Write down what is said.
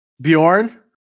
Bjorn